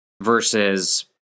versus